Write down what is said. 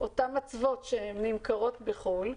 שנמכרות בחו"ל,